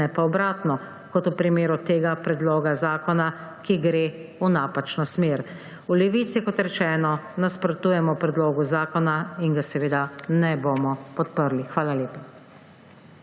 ne pa obratno kot v primeru tega predloga zakona, ki gre v napačno smer. V Levici, kot rečeno, nasprotujemo predlogu zakona in ga seveda ne bomo podprli. Hvala lepa.